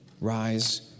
rise